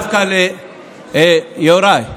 יוראי,